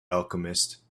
alchemist